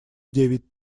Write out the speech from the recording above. девять